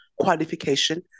qualification